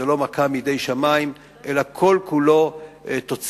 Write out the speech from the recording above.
זו לא מכה מידי שמים אלא כל כולה תוצרת